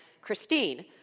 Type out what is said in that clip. Christine